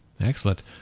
Excellent